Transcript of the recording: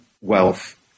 wealth